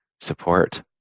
support